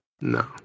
no